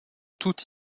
tout